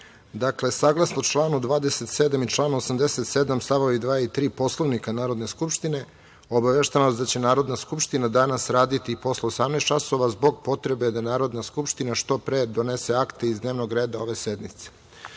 informaciji. Saglasno članu 27. i članu 87. stavovi 2. i 3. Poslovnika Narodne skupštine obaveštavam vas da će Narodna skupština danas raditi i posle 18 časova, zbog potrebe da Narodna skupština što pre donese akte iz dnevnog reda ove sednice.